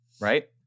Right